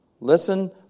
Listen